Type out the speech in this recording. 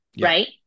right